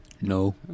no